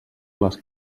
les